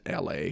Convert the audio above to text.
la